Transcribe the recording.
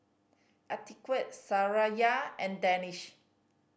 Atiqah Suraya and Danish